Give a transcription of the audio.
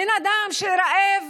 בן אדם רעב